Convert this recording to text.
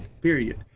period